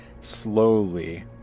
slowly